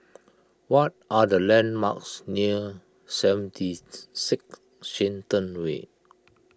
what are the landmarks near seventy six Shenton Way